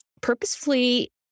purposefully